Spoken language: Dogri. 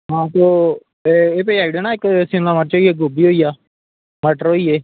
आं ते एह् पजाई ओड़ेओ ना इक्क शिमला मिर्च होइया गोभी होइया टमाटर होइये